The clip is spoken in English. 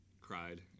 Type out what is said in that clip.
cried